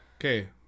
Okay